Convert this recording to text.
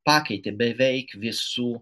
pakeitė beveik visų